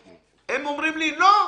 הם אומרי לי: לא,